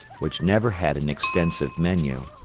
which never had an extensive menu.